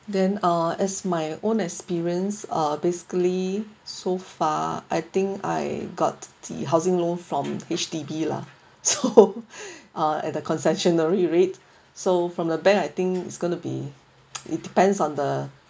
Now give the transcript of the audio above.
then ah as my own experience uh basically so far I think I got the housing loan from H_D_B lah so uh at the concessionary rate so from the bank I think is going to be it depends on the